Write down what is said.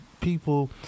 people